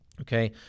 okay